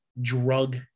drug